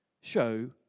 Show